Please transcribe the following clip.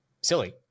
silly